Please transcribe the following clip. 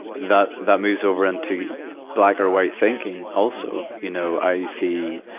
that, that moves over into black or white thinking also. you know, i see,